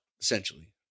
essentially